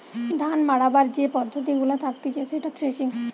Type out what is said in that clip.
ধান মাড়াবার যে পদ্ধতি গুলা থাকতিছে সেটা থ্রেসিং